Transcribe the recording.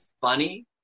funny